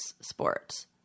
sports